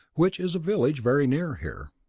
which is a village very near here.